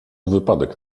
wypadek